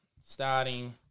starting